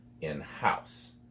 in-house